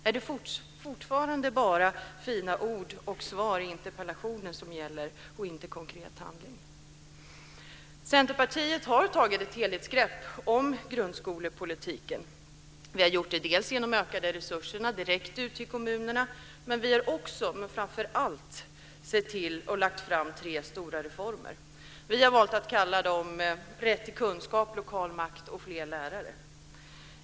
Är det fortfarande bara fina ord i t.ex. svar på interpellationer som gäller, i stället för konkret handling? Centerpartiet har tagit ett helhetsgrepp om grundskolepolitiken. Vi har gjort det bl.a. genom att öka resurserna direkt ut till kommunerna. Men vi har framför allt lagt fram tre stora reformer. Vi har valt att kalla dem Rätt till kunskap, Lokal makt och Fler lärare.